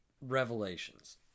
revelations